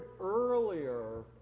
earlier